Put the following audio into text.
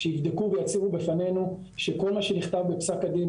שיבדקו ויצהירו בפנינו שכל מה שנכתב בפסק הדין,